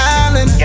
island